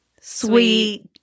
sweet